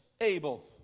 able